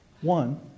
one